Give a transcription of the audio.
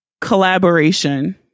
Collaboration